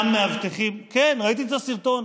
ראית את הסרטון?